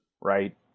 right